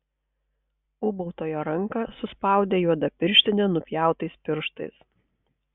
ūbautojo ranką suspaudė juoda pirštinė nupjautais pirštais